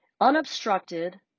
unobstructed